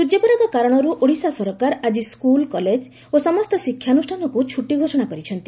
ସୂର୍ଯ୍ୟପରାଗ କାରଣରୁ ଓଡ଼ିଶା ସରକାର ଆଜି ସ୍କୁଲ କଲେଜ ଓ ସମସ୍ତ ଶିକ୍ଷାନୁଷ୍ଠାନକୁ ଛୁଟି ଘୋଷଣା କରିଛନ୍ତି